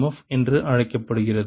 F என்றும் அழைக்கப்படுகிறது